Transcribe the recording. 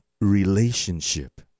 relationship